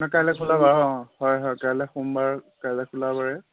নাই কাইলৈ খোলাবাৰ অঁ হয় হয় কাইলৈ সোমবাৰ কাইলৈ খোলাবাৰে